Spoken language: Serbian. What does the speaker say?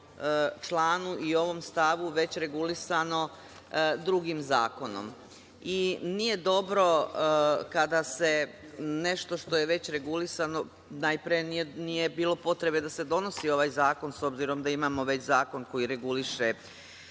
članu i ovom stavu već regulisano drugim zakonom. Nije dobro kada se nešto što je već regulisano, najpre nije bilo potrebe da se donosi ovaj zakon, s obzirom da imamo već zakon koji reguliše